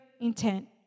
intent